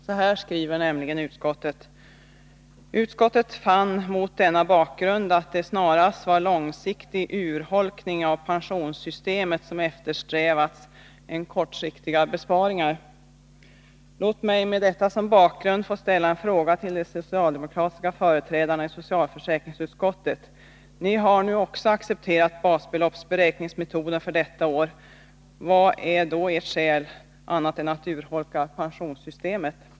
Så här skriver nämligen utskottet: ”Utskottet fann mot denna bakgrund att det snarare var en långsiktig urholkning av pensionssystemet som eftersträvats än kortsiktiga besparingar.” Låt mig med detta som bakgrund ställa en fråga till de socialdemokratiska företrädarna i socialförsäkringsutskottet. Ni har nu också accepterat basbeloppsräkningsmetoden för detta år. Vad är då ert skäl, annat än att urholka pensionssystemet?